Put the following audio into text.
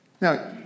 Now